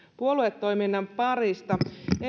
puoluetoiminnan parista